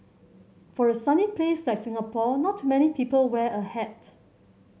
for a sunny place like Singapore not many people wear a hat